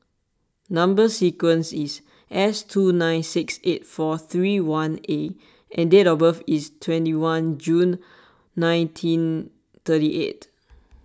Number Sequence is S two nine six eight four three one A and date of birth is twenty one June nineteen thirty eight